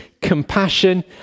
compassion